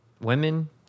women